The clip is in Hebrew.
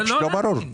זה לא ברור.